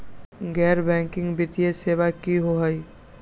गैर बैकिंग वित्तीय सेवा की होअ हई?